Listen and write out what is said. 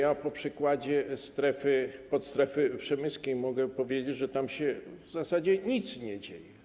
Na przykładzie podstrefy przemyskiej mogę powiedzieć, że tam się w zasadzie nic nie dzieje.